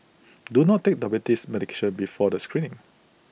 do not take diabetes medication before the screening